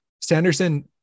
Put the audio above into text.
Sanderson